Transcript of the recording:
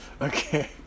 okay